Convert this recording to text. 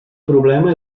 problema